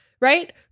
right